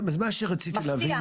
מה שרציתי להבין,